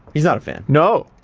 he's not a fan. no,